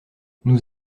nous